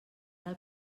del